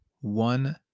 one